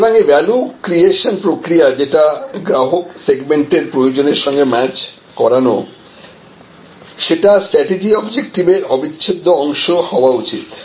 সুতরাং এই value creation প্রক্রিয়া যেটা গ্রাহক সেগমেন্ট এর প্রয়োজনের সঙ্গে ম্যাচ করানো সেটা স্ট্র্যাটেজি অবজেক্টিভের অবিচ্ছেদ্য অংশ হওয়া উচিত